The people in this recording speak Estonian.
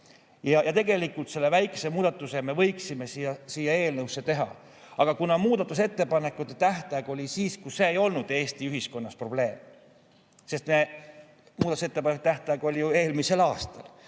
Tegelikult selle väikese muudatuse me võiksime siia eelnõusse teha. Aga muudatusettepanekute tähtaeg oli siis, kui see [teema] ei olnud Eesti ühiskonnas probleem. Muudatusettepanekute tähtaeg oli eelmisel aastal